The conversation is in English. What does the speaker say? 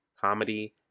comedy